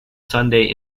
sunday